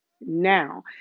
now